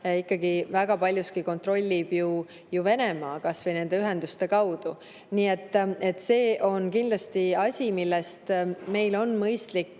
hinda väga paljuski kontrollib ju Venemaa, kas või nende ühenduste kaudu. Nii et see on kindlasti asi, millest meil on mõistlik